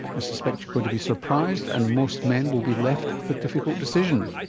i suspect you're going to be surprised, and most men will be left with a difficult decision.